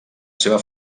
seva